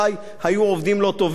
אבל יותר מדי גופים,